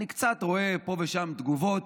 אני קצת רואה פה ושם תגובות,